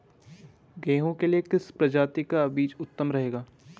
गेहूँ के लिए किस प्रजाति का बीज उत्तम रहेगा?